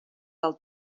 del